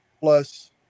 plus